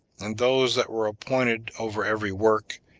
and those that were appointed over every work,